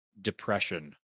depression